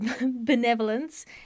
benevolence